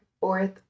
fourth